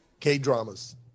K-dramas